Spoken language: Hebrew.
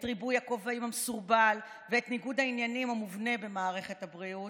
את ריבוי הכובעים המסורבל ואת ניגוד העניינים המובנה במערכת הבריאות.